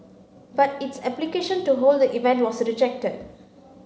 but its application to hold the event was rejected